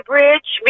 Bridge